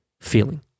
feeling